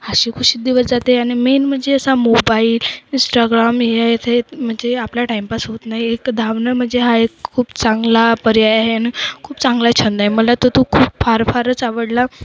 हसी खुशी दिवस जाते आणि मेन म्हणजे असा मोबाईल इंस्टाग्राम हे इथे म्हणजे आपला टाईमपास होत नाही एक धावणं म्हणजे हा एक खूप चांगला पर्याय आहे आणि खूप चांगला छंद आहे मला तो तो खूप फार फारच आवडला